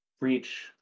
reach